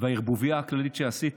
והערבוביה הכללית שעשית,